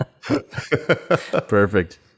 Perfect